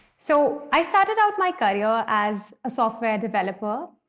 so i started out my career as a software developer.